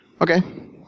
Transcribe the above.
Okay